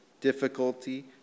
difficulty